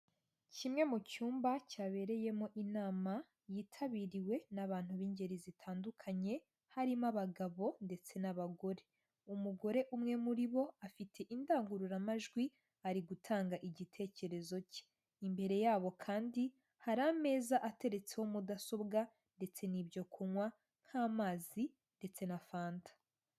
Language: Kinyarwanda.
Kimwe mu cyumba cyabereyemo inama yitabiriwe n'abantu b'ingeri zitandukanye harimo abagabo ndetse n'abagore. Umugore umwe muri bo afite indangururamajwi, ari gutanga igitekerezo cye. Imbere yabo kandi hari ameza ateretseho mudasobwa ndetse n'ibyo kunywa nk'amazi ndetse na fanta.